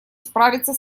справиться